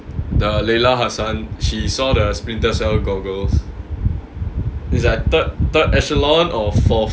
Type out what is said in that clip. the layla hassan she saw the splinter cell goggles is like third third echelon or fourth